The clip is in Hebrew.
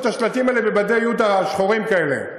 את השלטים האלה בבדי יוטה שחורים כאלה,